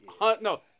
No